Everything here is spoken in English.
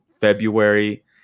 february